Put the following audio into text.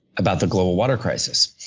about the global water crisis.